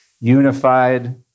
unified